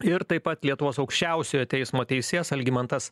ir taip pat lietuvos aukščiausiojo teismo teisėjas algimantas